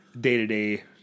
day-to-day